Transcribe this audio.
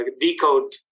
DECODE